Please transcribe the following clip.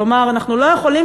כלומר אנחנו לא יכולים,